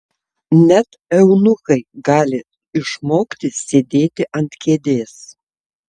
net eunuchai gali išmokti sėdėti ant kėdės